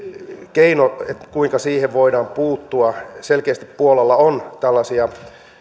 keinot kuinka siihen voidaan puuttua selkeästi puolalla on tällaisia